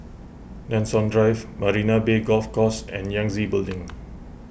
Nanson Drive Marina Bay Golf Course and Yangtze Building